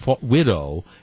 widow